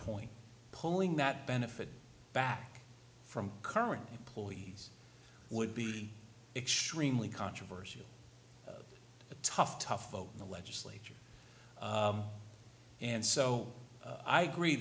point pulling that benefit back from current employees would be extremely controversial a tough tough vote in the legislature and so i agree